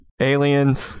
Aliens